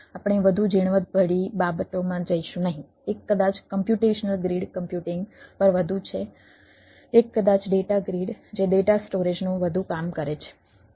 આપણે વધુ ઝીણવટભરી બાબતોમાં જઈશું નહીં એક કદાચ કમ્પ્યુટેશનલ ગ્રીડ કમ્પ્યુટિંગ પર વધુ છે એક કદાચ ડેટા ગ્રીડ જે ડેટા સ્ટોરેજનું વધુ કામ કરે છે